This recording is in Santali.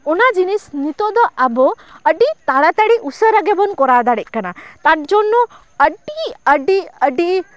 ᱚᱱᱟ ᱡᱤᱱᱤᱥ ᱱᱤᱛᱚᱜ ᱫᱚ ᱟᱵᱚ ᱟᱹᱰᱤ ᱛᱟᱲᱟᱛᱟᱲᱤ ᱩᱥᱟᱹᱨᱟ ᱜᱮᱵᱚᱱ ᱠᱚᱨᱟᱣ ᱫᱟᱲᱮᱭᱟᱜ ᱠᱟᱱᱟ ᱛᱟᱨᱡᱚᱱᱱᱚ ᱟᱹᱰᱤ ᱟᱹᱰᱤ ᱟᱹᱰᱤ